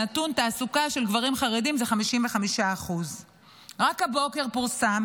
נתון התעסוקה של גברים חרדים הוא 55%. רק הבוקר פורסם